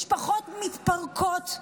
משפחות מתפרקות,